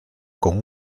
con